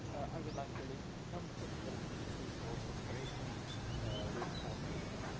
i would like to list some possible initiatives for cooperation with partners.